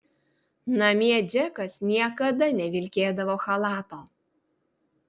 namie džekas niekada nevilkėdavo chalato